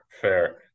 fair